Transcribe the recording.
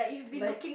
like